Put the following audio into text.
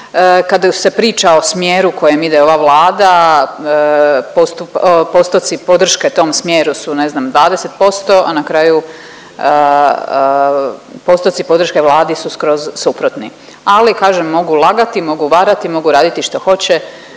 kad se priča o smjeru kojim ide ova Vlada postoci podrške tom smjeru su ne znam 20%, a na kraju postoci podrške Vladi su skroz suprotni, ali kažem mogu lagati, mogu varati, mogu raditi što hoće,